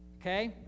okay